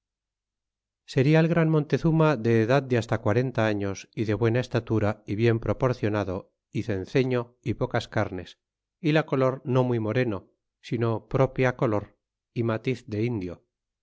seria el gran montezuma de edad de hasta quarenta años y de buena estatura y bien proporcionado é cenceño épocas carnes y la co lor no muy moreno sino propia color y matiz de indio